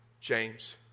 James